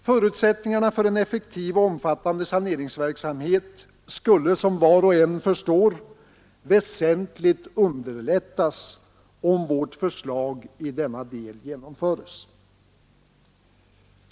Förutsättningarna för en effektiv och omfattande saneringsverksamhet skulle som var och en förstår väsentligt underlättas om vårt förslag i denna del genomförs.